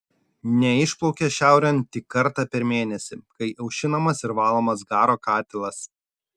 neišplaukia šiaurėn tik kartą per mėnesį kai aušinamas ir valomas garo katilas